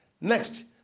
Next